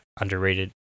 underrated